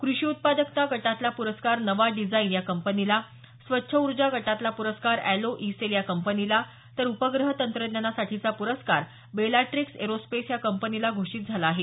क्रषी उत्पादकता गटातला पुरस्कार नवा डिजाईन या कंपनीला स्वच्छ उजो गटातला पुरस्कार एलो इ सेल या कंपनीला तर उपग्रह तंत्रज्ञानासाठीचा प्रस्कार बेलाटीक्स एरोस्पेस या कंपनीला घोषित झाला आहे